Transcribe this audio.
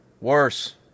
Worse